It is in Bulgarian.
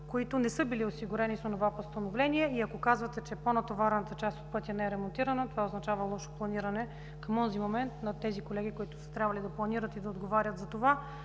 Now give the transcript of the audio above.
които не са били осигурени с онова постановление. Ако казвате, че по-натоварената част от пътя не е ремонтирана, това означава лошо планиране към онзи момент на колегите, които е трябвало да планират и отговарят за това.